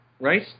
right